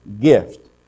gift